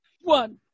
one